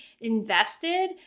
invested